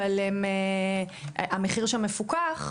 אבל המחיר שם מפוקח,